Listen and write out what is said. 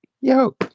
yo